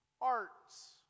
Arts